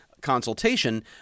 consultation